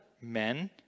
Men